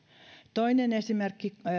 toinen esimerkki